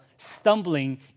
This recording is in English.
stumbling